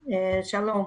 שלום.